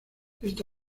este